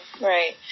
Right